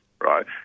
Right